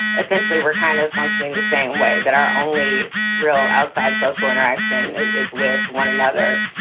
essentially, we're kind of functioning the same way that our only real outside social interaction is with one another.